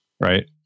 right